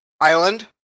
island